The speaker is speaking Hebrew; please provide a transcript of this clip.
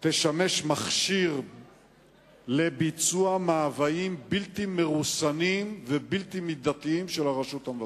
תשמש מכשיר לביצוע מאוויים בלתי מרוסנים ובלתי מידתיים של הרשות המבצעת.